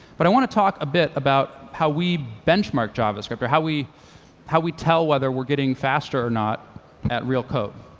but i want to talk a bit about how we benchmark javascript, or how we how we tell whether we're getting faster or not at real code.